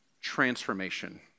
transformation